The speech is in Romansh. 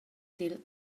dil